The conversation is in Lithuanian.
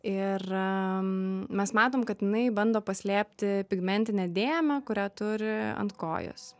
ir mes matom kad jinai bando paslėpti pigmentinę dėmę kurią turi ant kojos